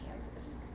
Kansas